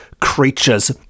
creatures